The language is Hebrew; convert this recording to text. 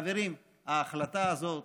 חברים, ההחלטה הזאת